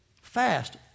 fast